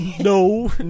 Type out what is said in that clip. No